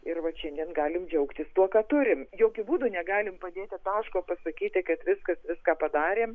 ir vat šiandien galim džiaugtis tuo ką turim jokiu būdu negalim padėti taško pasakyti kad viskas viską padarėm